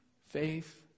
Faith